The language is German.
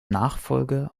nachfolger